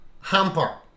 hamper